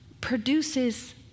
produces